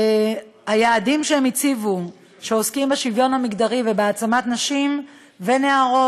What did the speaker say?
היעדים שהם הציבו שעוסקים בשוויון המגדרי ובהעצמת נשים ונערות